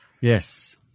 Yes